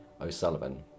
O'Sullivan